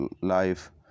life